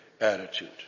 attitude